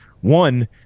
One